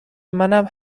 منم